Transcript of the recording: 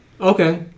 Okay